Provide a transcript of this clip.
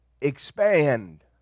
Expand